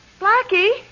Blackie